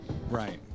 Right